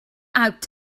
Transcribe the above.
out